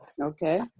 Okay